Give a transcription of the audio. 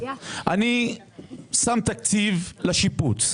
אני שם תקציב לשיפוץ,